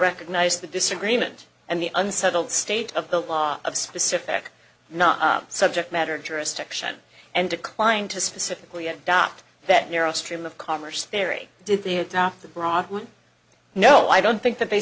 recognized the disagreement and the unsettled state of the law of specific not subject matter jurisdiction and declined to specifically adopt that narrow stream of commerce theory did they adopt the broadwood no i don't think th